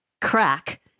crack